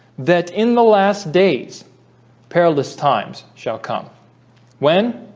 that in the last days perilous times shall come when